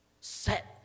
Set